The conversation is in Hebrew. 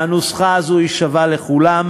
והנוסחה הזאת היא שווה לכולם,